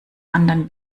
anderen